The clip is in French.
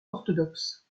orthodoxe